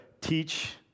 teach